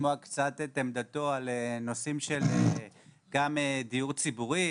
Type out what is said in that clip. לשמוע את עמדתו על נושאים של דיור ציבורי,